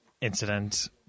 incident